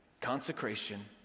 Consecration